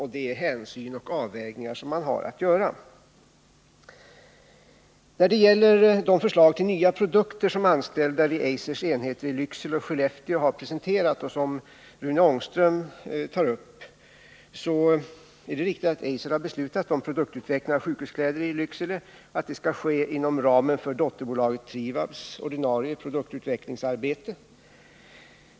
Det är alltså fråga om olika hänsynstaganden och avvägningar. När det gäller de förslag till nya produkter som de anställda vid Eisers enheter i Lycksele och Skellefteå har presenterat och som Rune Ångström tagit upp är det riktigt att Eiser har beslutat om produktutveckling av sjukhuskläder i Lycksele och att det skall ske inom ramen för dotterbolaget Trivabs ordinarie produktutvecklingsarbete.